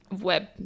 Web